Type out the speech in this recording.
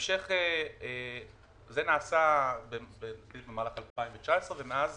זה נעשה במהלך 2019 ומאז